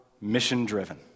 mission-driven